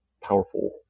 powerful